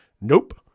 Nope